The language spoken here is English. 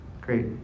Great